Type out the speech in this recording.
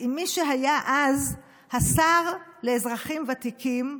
עם מי שהיה אז השר לאזרחים ותיקים,